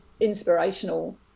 inspirational